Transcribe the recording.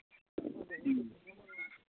ᱦᱮᱸ